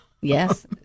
Yes